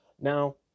Now